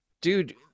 dude